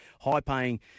high-paying